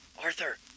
Arthur